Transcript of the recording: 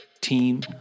team